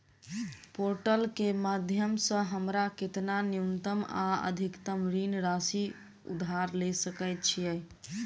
Portal केँ माध्यम सऽ हमरा केतना न्यूनतम आ अधिकतम ऋण राशि उधार ले सकै छीयै?